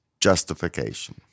justification